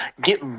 get